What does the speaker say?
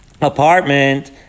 apartment